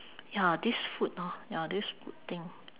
ya this food orh ya this food thing